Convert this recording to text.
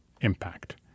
impact